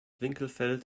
winkelfeld